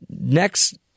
next